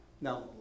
Now